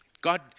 God